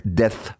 death